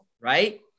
right